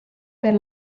per